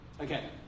Okay